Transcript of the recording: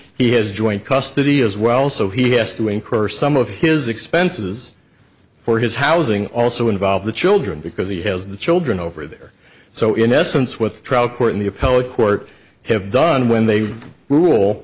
he has joint custody as well so he has to incur some of his expenses for his housing also involve the children because he has the children over there so in essence what the trial court and the appellate court have done when they rule